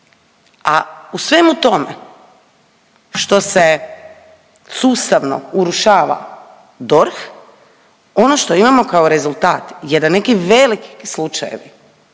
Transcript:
A u svemu tome što se sustavno urušava DORH ono što imamo kao rezultat je da neki veliki slučajevi,